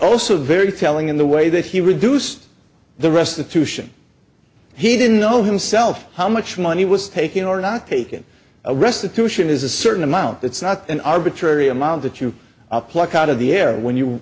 also very telling in the way that he reduced the restitution he didn't know himself how much money was taken or not taken a restitution is a certain amount that's not an arbitrary amount that you up pluck out of the air when you